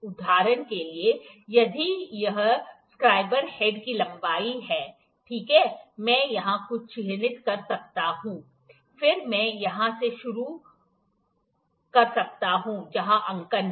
उदाहरण के लिए यदि यहस्क्वायर हेड की लंबाई है ठीक है मैं यहां कुछ चिह्नित कर सकता हूं फिर मैं यहां से शुरू कर सकता हूं जहां अंकन है